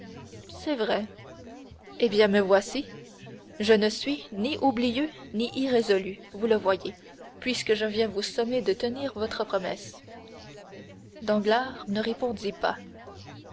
c'est vrai eh bien me voici je ne suis ni oublieux ni irrésolu vous le voyez puisque je viens vous sommer de tenir votre promesse danglars ne répondit pas